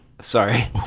Sorry